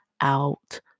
out